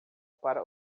para